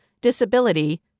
disability